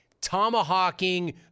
Tomahawking